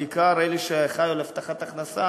בעיקר אלה שחיים על הבטחת הכנסה,